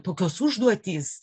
tokios užduotys